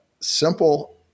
simple